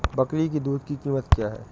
बकरी की दूध की कीमत क्या है?